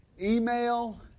email